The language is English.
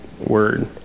word